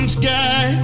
sky